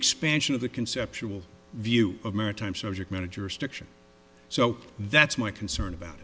expansion of the conceptual view of maritime subject manager stiction so that's my concern about